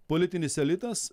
politinis elitas